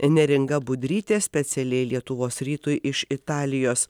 neringa budrytė specialiai lietuvos rytui iš italijos